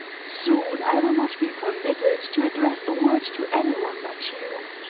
soon i will not be permitted to address a word to any one but you.